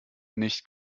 nicht